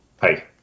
hey